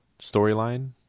storyline